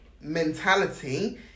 mentality